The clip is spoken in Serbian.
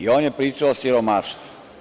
On je pričao o siromaštvu.